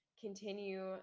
continue